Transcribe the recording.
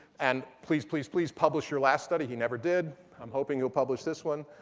and please, please, please, publish your last study. he never did. i'm hoping he'll publish this one.